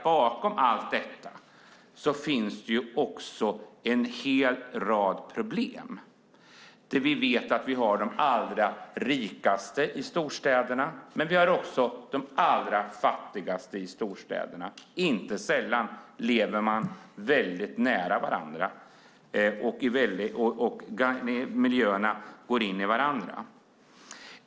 Bakom allt detta finns det också en hel rad problem. Vi vet att vi har de allra rikaste i storstäderna. Men vi har också de allra fattigaste i storstäderna. Inte sällan lever de väldigt nära varandra och miljöerna går in i varandra.